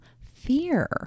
fear